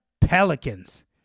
Pelicans